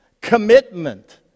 commitment